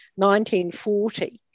1940